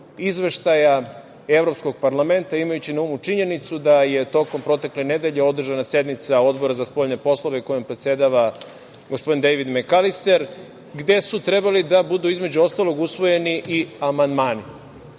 izveštaja Evropskog parlamenta, imajući na umu činjenicu da je tokom protekle nedelje održana sednica Odbora za spoljne poslove kojim predsedava gospodin Dejvid Mekalister, gde su trebali da budu između ostalog i amandmani,